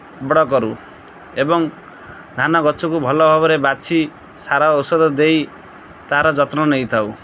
ବଡ଼ କରୁ ଏବଂ ଧାନ ଗଛକୁ ଭଲ ଭାବରେ ବାଛି ସାର ଔଷଧ ଦେଇ ତା'ର ଯତ୍ନ ନେଇଥାଉ